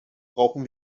brauchen